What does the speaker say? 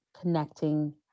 connecting